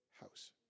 house